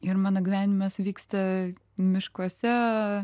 ir mano gyvenimas vyksta miškuose